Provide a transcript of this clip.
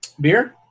Beer